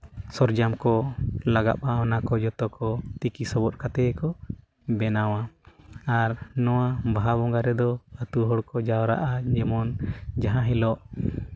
ᱥᱚᱨᱚᱧᱡᱟᱢ ᱠᱚ ᱞᱟᱜᱟᱜᱼᱟ ᱚᱱᱟ ᱠᱚ ᱡᱚᱛᱚ ᱠᱚ ᱛᱤᱠᱤ ᱥᱚᱵᱚᱫ ᱠᱟᱛᱮ ᱜᱮᱠᱚ ᱵᱮᱱᱟᱣᱟ ᱟᱨ ᱱᱚᱣᱟ ᱵᱟᱦᱟ ᱵᱚᱸᱜᱟ ᱨᱮᱫᱚ ᱟᱛᱳ ᱦᱚᱲ ᱠᱚ ᱡᱟᱣᱨᱟᱜᱼᱟ ᱡᱮᱢᱚᱱ ᱡᱟᱦᱟᱸ ᱦᱤᱞᱳᱜ